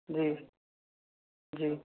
جی جی